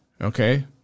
Okay